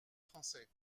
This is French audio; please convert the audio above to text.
français